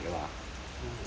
oh okay